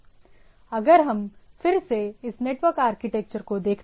अगर हम फिर से इस नेटवर्क आर्किटेक्चर को देखते हैं